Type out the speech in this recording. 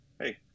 hey